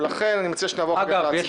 ולכן אני מציע שנעבור להצבעה.